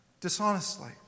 Dishonestly